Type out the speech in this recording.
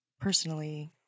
personally